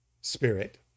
spirit